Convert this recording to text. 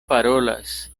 parolas